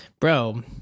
bro